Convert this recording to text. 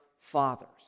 fathers